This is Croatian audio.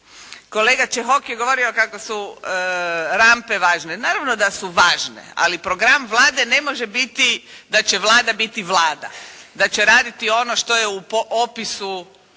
Kolega Čehok je govorio kako su rampe važne. Naravno da su važne, ali program Vlade ne može biti da će Vlada biti Vlada, da će raditi ono što je u opisu